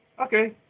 okay